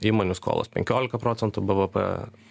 įmonių skolos penkiolika procentų bvp